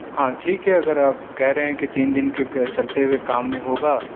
ہاں ٹھیک ہے اگر آپ کہہ رہیں کہ تین دن کے چلتے ہوئے کام میں ہوگا